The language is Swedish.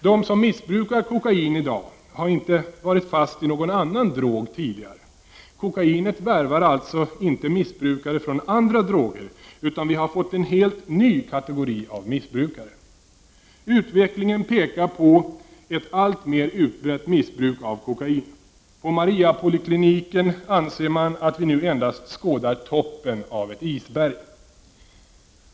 De som missbrukar kokain i dag har inte varit fast i någon annan drog tidigare. Kokainet värvar alltså inte missbrukare från andra droger utan vi har fått en helt ny kategori av missbrukare. Utvecklingen pekar på ett alltmer utbrett missbruk av kokain. På Mariapolikliniken anser man att vi nu endast skådar toppen av ett isberg.